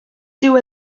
dyw